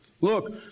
Look